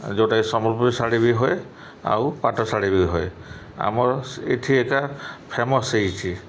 ଯେଉଁଟାକି ସମ୍ବଲପୁରୀ ଶାଢ଼ୀ ବି ହୁଏ ଆଉ ପାଟଶାଢ଼ୀ ବି ହଏ ଆମର ଏଠି ଏକା ଫେମସ୍ ହେଇଛି